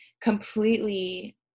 completely